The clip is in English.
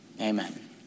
Amen